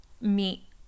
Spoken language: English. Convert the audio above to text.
meet